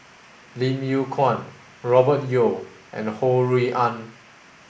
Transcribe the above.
Lim Yew Kuan Robert Yeo and Ho Rui An